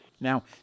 Now